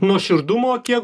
nuoširdumo kiek